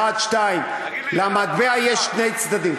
זה 1, 2. למטבע יש שני צדדים.